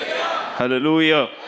hallelujah